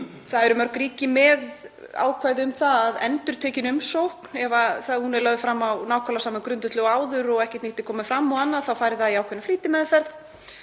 Það eru mörg ríki með ákvæði um að endurtekin umsókn, ef hún er lögð fram á nákvæmlega sama grundvelli og áður og ekkert nýtt er komið fram og annað, fari í ákveðna flýtimeðferð.